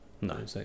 No